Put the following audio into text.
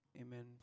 Amen